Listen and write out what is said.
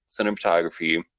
cinematography